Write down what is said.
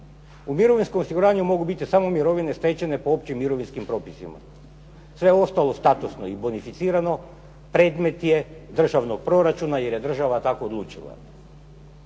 U mirovinskom osiguranju mogu biti samo mirovine stečene po općim mirovinskim propisima. Sve ostalo statusno i bonificirano predmet je državnog proračuna, jer je država tkao odlučila.